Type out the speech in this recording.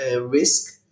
risk